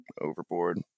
overboard